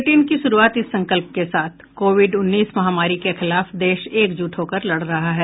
bulletin की शुरूआत इस संकल्प के साथ कोविड उन्नीस महामारी के खिलाफ देश एकजुट होकर लड़ रहा है